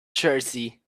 jersey